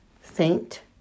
faint